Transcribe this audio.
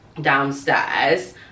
downstairs